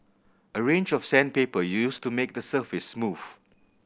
a range of sandpaper used to make the surface smooth